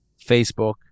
Facebook